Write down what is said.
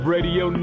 Radio